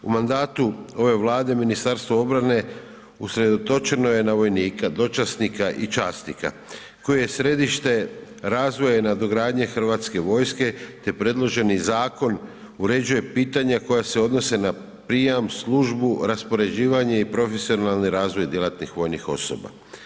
U mandatu ove Vlade Ministarstvo obrane usredotočeno je na vojnika, dočasnika i časnika koje je središte razvoja i nadogradnje HV-a, te predloženi zakon uređuje pitanja koja se odnose na prijam, službu, raspoređivanje i profesionalni razvoj djelatnih vojnih osoba.